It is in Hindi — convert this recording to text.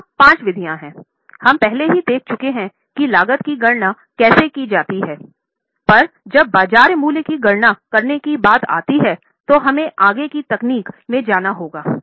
यहाँ पाँच विधियां है हम पहले ही देख चुके है कि लागत की गणना कैसे की जाती हैं पर जब बाजार मूल्य की गणना करने की बात आती है तो हमें आगे की तकनीकी में जाना होगा